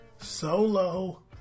solo